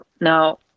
Now